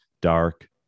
dark